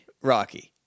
Rocky